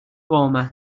former